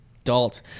adult